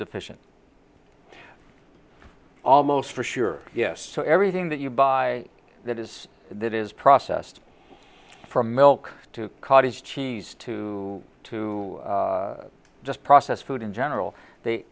deficient almost for sure yes so everything that you buy that is that is processed from milk to cottage cheese to to just processed food in general they